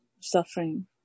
suffering